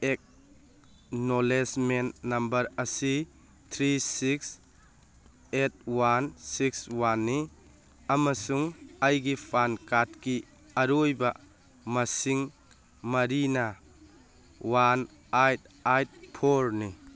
acknowledgement number ꯑꯁꯤ three six eight one six ꯋꯥꯟꯅꯤ ꯑꯃꯁꯨꯡ ꯑꯩꯒꯤ ꯄꯥꯟ ꯀꯥꯔꯗꯀꯤ ꯑꯔꯣꯏꯕ ꯃꯁꯤꯡ ꯃꯔꯤꯅ ꯋꯥꯟ ꯑꯥꯏꯠ ꯑꯥꯏꯠ ꯐꯣꯔꯅꯤ